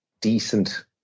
decent